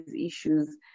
issues